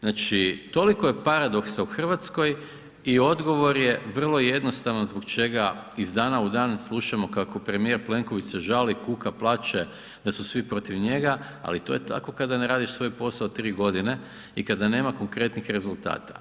Znači toliko je paradoksa u Hrvatskoj i odgovor je vrlo jednostavan zbog čega iz dana u dan slušamo kako premijer Plenković se žali, kuka, plaće da su svi protiv njega ali to je tako kada ne radiš svoj posao 3 godine i kada nema konkretnih rezultata.